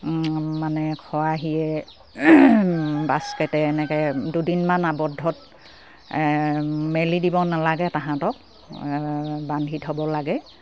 মানে খৰাহীয়ে বাস্কেটে এনেকে দুদিনমান আৱদ্ধত মেলি দিব নালাগে তাহাঁতক বান্ধি থ'ব লাগে